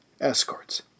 escorts